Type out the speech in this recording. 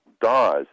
dies